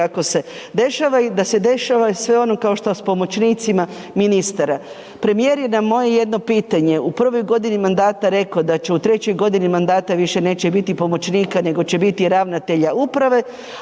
kako se dešava i da se dešava sve ono kao što sa pomoćnicima ministara. Premijer je na moje jedno pitanje u prvoj godini mandata rekao da će u trećoj godini mandata više neće biti pomoćnika nego će biti ravnatelja uprave,